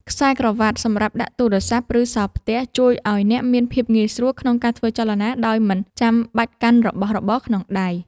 ខ្សែក្រវាត់សម្រាប់ដាក់ទូរសព្ទ ឬសោផ្ទះ ជួយឱ្យអ្នកមានភាពងាយស្រួលក្នុងការធ្វើចលនាដោយមិនចាំបាច់កាន់របស់របរក្នុងដៃ។